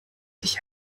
nicht